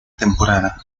temporada